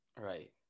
Right